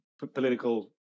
political